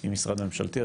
עם משרד ממשלתי.